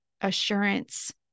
assurance